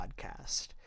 podcast